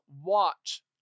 watch